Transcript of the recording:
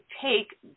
take